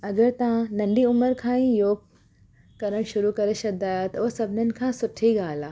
अगरि तव्हां नंढी उमिरि खां ई योग करणु शुरू करे छॾंदा आहियो त उहो सभिनिन खां सुठी ॻाल्हि आहे